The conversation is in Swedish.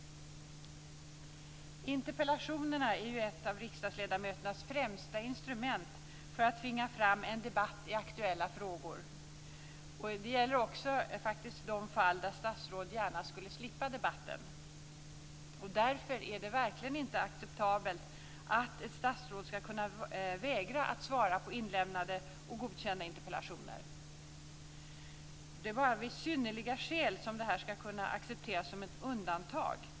Interpellationerna är ett av riksdagsledamöternas främsta instrument för att tvinga fram en debatt i aktuella frågor. Det gäller faktiskt också i de fall där statsråd gärna skulle slippa debatten. Det är verkligen inte acceptabelt att ett statsråd skall kunna vägra att svara på inlämnade och godkända interpellationer. Det är bara om synnerliga skäl föreligger som det skall kunna accepteras, som ett undantag.